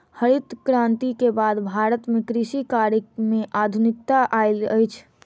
हरित क्रांति के बाद भारत में कृषि कार्य में आधुनिकता आयल अछि